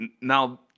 now